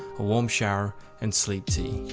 a warm shower and sleep tea.